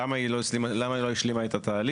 למה היא לא השלימה את התהליך.